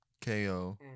ko